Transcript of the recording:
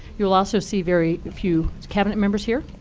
you'll also see very few cabinet members here.